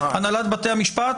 הנהלת בתי המשפט